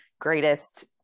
greatest